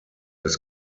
des